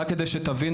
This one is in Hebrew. רק כדי שתבינו,